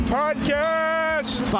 podcast